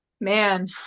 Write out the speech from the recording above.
Man